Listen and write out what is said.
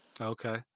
okay